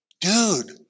dude